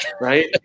right